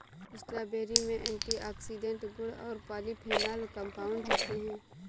strawberry में antioxidant गुण और पॉलीफेनोल कंपाउंड होते हैं